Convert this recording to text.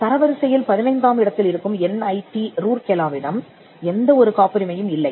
தரவரிசையில் 15 ஆம் இடத்திலிருக்கும் என் ஐ டி ரூர்கேலாவிடம் எந்த ஒரு காப்புரிமையும் இல்லை